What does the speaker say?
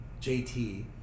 JT